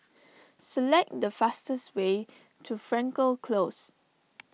select the fastest way to Frankel Close